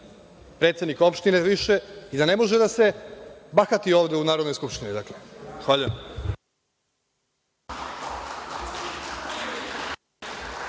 predsednik opštine više i da ne može da se bahati ovde u Narodnoj skupštini.